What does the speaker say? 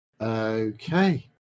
Okay